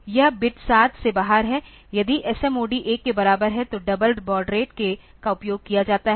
तो यह बिट 7 से बाहर है यदि SMOD 1 के बराबर है तो डबल बॉड रेट का उपयोग किया जाता है